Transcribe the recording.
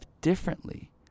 differently